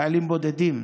חיילים בודדים.